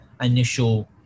initial